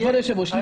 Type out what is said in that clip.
כבוד היושב-ראש,